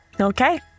Okay